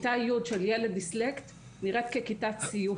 כיתה י' של ילד דיסלקט נראית ככיתת סיוט.